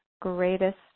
greatest